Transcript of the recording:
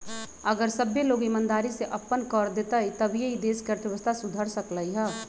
अगर सभ्भे लोग ईमानदारी से अप्पन कर देतई तभीए ई देश के अर्थव्यवस्था सुधर सकलई ह